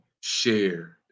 shared